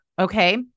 okay